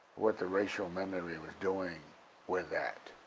what the racial memory was doing with that.